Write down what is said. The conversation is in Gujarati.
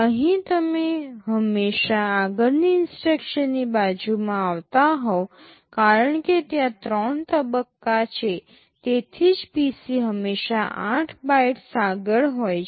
અહીં તમે હંમેશાં આગળની ઇન્સટ્રક્શનની બાજુમાં આવતા હોવ કારણ કે ત્યાં ત્રણ તબક્કા છે તેથી જ PC હંમેશા 8 બાઇટ્સ આગળ હોય છે